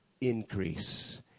increase